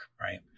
right